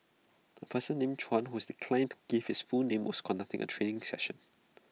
A person named Chuan whose declined to give his full name was conducting A training session